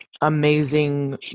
amazing